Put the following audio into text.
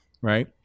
Right